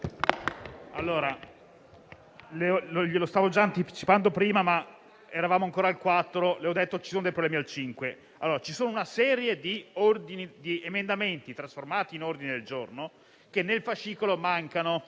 Ci sono cioè degli emendamenti trasformati in ordini del giorno che, nel fascicolo, mancano.